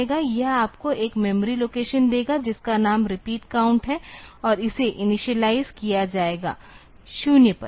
यह आपको एक मेमोरी लोकेशन देगा जिसका नाम रिपीट काउंट है और इसे इनिशियलाइज़ किया जाएगा 0 पर